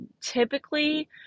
typically